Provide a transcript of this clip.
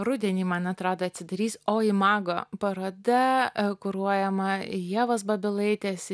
rudenį man atrado atsidarys o imago paroda kuruojama ievos babilaitės